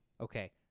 Okay